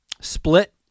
split